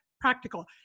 practical